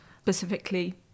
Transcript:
specifically